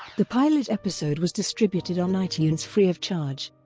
the pilot episode was distributed on itunes free of charge.